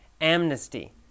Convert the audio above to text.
amnesty